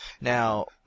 Now